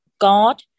god